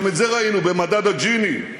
גם את זה ראינו במדד ג'יני.